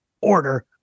order